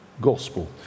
gospel